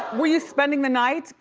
were you spending the night,